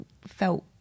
felt